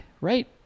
right